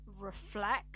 reflect